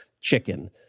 chicken